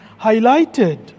highlighted